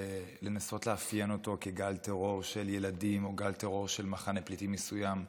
ולנסות לאפיין אותו כגל טרור של ילדים או גל טרור של מחנה פליטים מסוים,